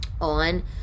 on